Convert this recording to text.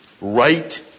right